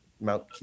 mount